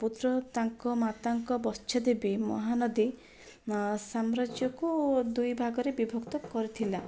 ପୁତ୍ର ତାଙ୍କ ମାତାଙ୍କ ବତ୍ସ୍ୟ ଦେବୀ ମହାନଦୀ ସାମ୍ରାଜ୍ୟକୁ ଦୁଇଭାଗରେ ବିଭକ୍ତ କରିଥିଲା